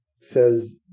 says